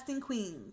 queens